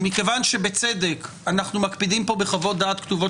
מכיוון שבצדק אנחנו מקפידים כאן בחוות דעת כתובות